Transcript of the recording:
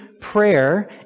prayer